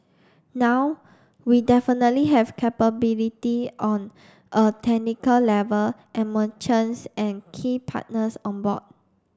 now we definitely have capability on a technical level and merchants and key partners on board